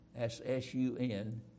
S-S-U-N